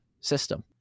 system